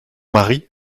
mari